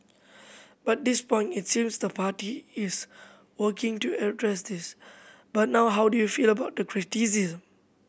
but this point it seems the party is working to address this but now how do you feel about the criticism